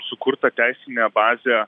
sukurta teisinė bazė